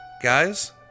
Guys